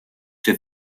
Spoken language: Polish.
czy